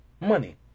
money